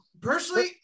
personally